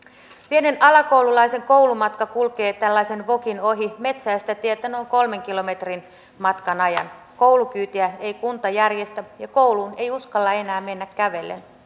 pienen alakoululaisen koulumatka kulkee tällaisen vokin ohi metsäistä tietä noin kolmen kilometrin matkan ajan koulukyytiä ei kunta järjestä ja kouluun ei uskalla enää mennä kävellen